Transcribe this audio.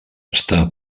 està